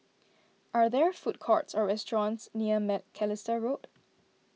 are there food courts or restaurants near Macalister Road